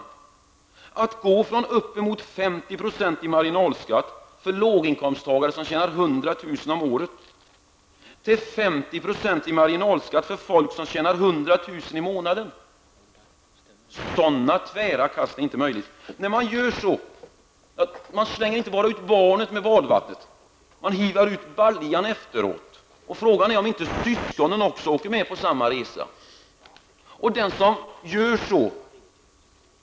Man har gått från uppemot 50 % i marginalskatt för låginkomsttagare som tjänar 100 000 kr. om året till 50 % i marginalskatt för folk som tjänar 100 000 i månaden. Sådana tvära kast är inte möjliga. När man gör så, då slänger man ut inte bara barnet med badvattnet, utan man hivar också ut baljan. Frågan är om inte också syskonen åker med på samma resa.